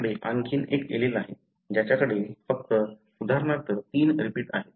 तुमच्याकडे आणखी एक एलील आहे ज्याचायकडे फक्त उदाहरणार्थ 3 रिपीट